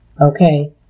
Okay